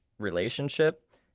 relationship